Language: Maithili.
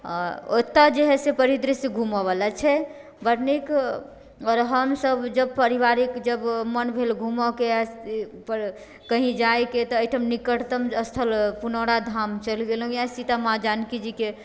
आ ओतऽ जे है से परिदृश्य घूमऽवाला छै बड नीक आओर हमसब जब पारिवारिक जब मन भेल घूमऽके कही जाएके तऽ एहिठाम निकटतम स्थल पुनौराधाम चलि गेलहुँ या सीता माँ जानकी जीके